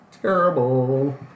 terrible